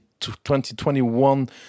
2021